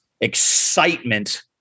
excitement